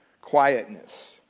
quietness